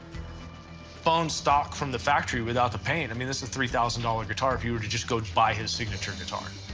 foam stock from the factory without the paint, i mean, this is a three thousand dollars guitar if you were to just go buy his signature guitar.